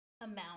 amount